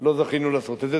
לא זכינו לעשות את זה,